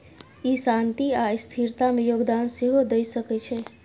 ई शांति आ स्थिरता मे योगदान सेहो दए सकै छै